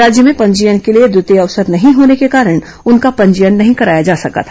राज्य में पंजीयन के लिए द्वितीय अवसर नहीं होने के कारण उनका पंजीयन नहीं कराया जा सका था